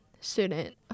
student